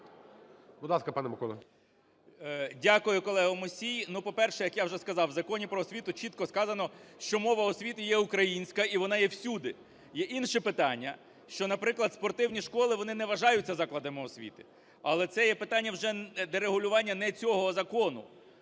Дякую, колего Мусій! Ну, по-перше, як я вже сказав, в Законі "Про освіту" чітко сказано, що мова освіти є українська, і вони є всюди. Є інші питання, що, наприклад, спортивні школи, вони не вважаються закладами освіти. Але це є питання вже регулювання не цього закону,